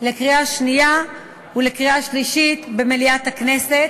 לקריאה שנייה ולקריאה שלישית במליאת הכנסת,